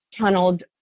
tunneled